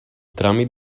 tràmit